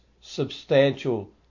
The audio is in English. substantial